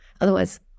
Otherwise